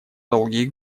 долгие